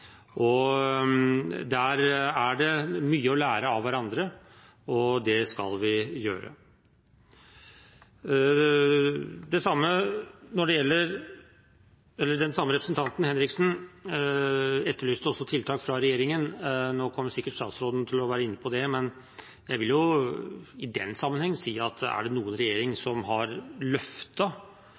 Der har vi mye å lære av hverandre, og det skal vi gjøre. Den samme representanten, Henriksen, etterlyste også tiltak fra regjeringen. Nå kommer sikkert statsråden inn på det, men jeg vil i den sammenheng si at er det noen regjering som har